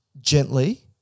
gently